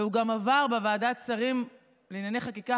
והוא גם עבר בוועדת שרים לענייני חקיקה